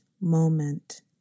moment